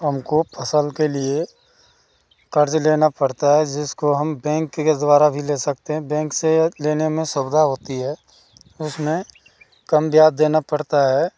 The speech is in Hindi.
हमको फसल के लिए कर्ज लेना पड़ता है जिसको हम बैंक के द्वारा भी ले सकते हैं बैंक से लेने में सुविधा होती है उसमें कम ब्याज देना पड़ता है